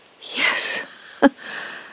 Yes